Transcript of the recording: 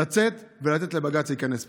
לצאת ולתת לבג"ץ להיכנס לפה.